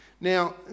Now